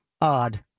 odd